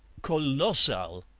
kolossal!